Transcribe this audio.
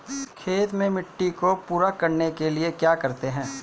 खेत में मिट्टी को पूरा करने के लिए क्या करते हैं?